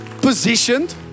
Positioned